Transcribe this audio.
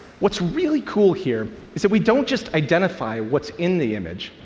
what's really cool here is we don't just identify what's in the image.